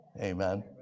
Amen